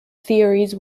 theories